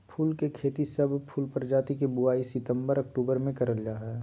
फूल के खेती, सब फूल प्रजाति के बुवाई सितंबर अक्टूबर मे करल जा हई